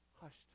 hushed